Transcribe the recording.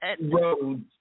roads